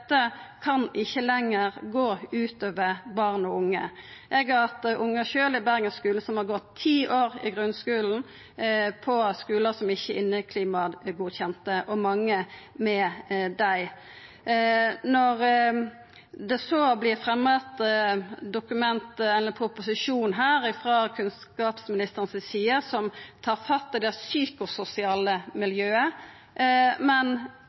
ikkje lenger kan gå ut over barn og unge. Eg har hatt ungar sjølv i Bergen-skulen, som har gått ti år i grunnskulen, på skular der inneklimaet ikkje er godkjent – og mange med dei. Når det så vert fremja eit dokument, eller ein proposisjon, her frå kunnskapsministeren si side som tar fatt i det psykososiale miljøet, men